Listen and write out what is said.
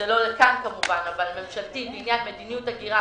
לא כאן כמובן אבל דיון ממשלתי בעניין מדיניות הגירה,